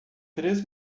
três